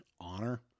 honor